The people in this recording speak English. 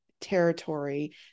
territory